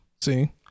See